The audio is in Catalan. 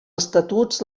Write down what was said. estatus